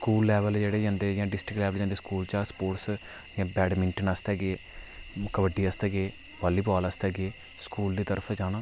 school level जेह्के जंदे जा डिस्टिक लैवल जंदे स्कूल चा सपोर्टस जि'यां बैड़मिंटन आस्तै गे कबड्डी आस्तै गे बॉल्ली बॉल आस्तै गे सकूल दी तरफ दा जाना